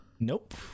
Nope